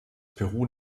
peru